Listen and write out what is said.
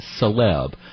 celeb